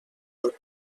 del